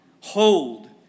hold